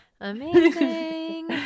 Amazing